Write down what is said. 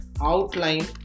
outline